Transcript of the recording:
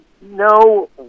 no